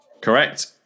Correct